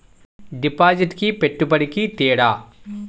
డిపాజిట్కి పెట్టుబడికి తేడా?